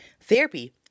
therapy